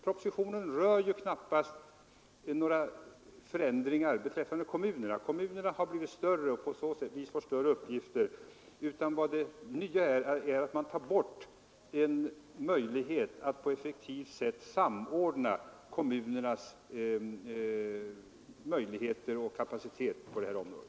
Propositionen innehåller knappast några förändringar för kommunerna. Kommunerna har blivit större och får på så sätt större uppgifter. Det nya är att man tar bort en möjlighet att på ett effektivt sätt samordna kommunernas kapacitet på detta område.